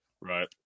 Right